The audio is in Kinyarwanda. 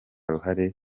ruhare